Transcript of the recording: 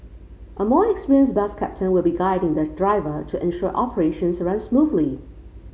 a more experienced bus captain will be guiding the driver to ensure operations run smoothly